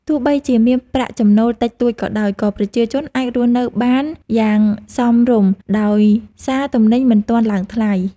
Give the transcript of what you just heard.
ទោះបីជាមានប្រាក់ចំណូលតិចតួចក៏ដោយ ក៏ប្រជាជនអាចរស់នៅបានយ៉ាងសមរម្យដោយសារទំនិញមិនទាន់ឡើងថ្លៃ។